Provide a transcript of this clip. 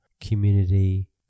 community